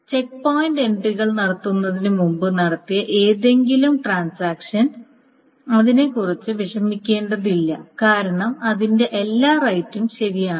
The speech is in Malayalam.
ചെക്ക് പോയിന്റ് എൻട്രികൾ നടത്തുന്നതിനുമുമ്പ് നടത്തിയ ഏതെങ്കിലും ട്രാൻസാക്ഷൻ അതിനെക്കുറിച്ച് വിഷമിക്കേണ്ടതില്ല കാരണം അതിന്റെ എല്ലാ റൈററും ശരിയാണ്